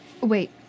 Wait